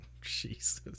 Jesus